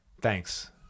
thanks